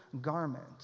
garment